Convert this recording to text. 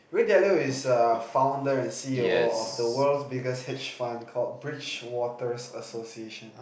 Ray-Dalio is err founder and C_E_O of the world's biggest hedge fund called Bridgewaters Association